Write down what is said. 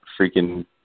freaking